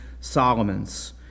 Solomon's